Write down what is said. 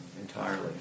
entirely